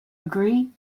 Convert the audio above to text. agree